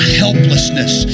helplessness